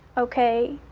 ok?